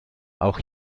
auch